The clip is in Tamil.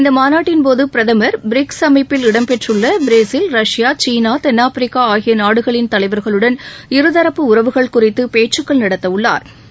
இந்த மாநாட்டின்போது பிரதம் பிரிக்ஸ் அமைப்பில் இடம்பெற்றுள்ள பிரேசில் ரஷ்யா சீனா தென்னாப்பிரிக்கா ஆகிய நாடுகளின் தலைவா்களுடன் இருதரப்பு உறவுகள் குறித்து பேச்சுக்கள் நடத்த உள்ளா்